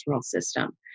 system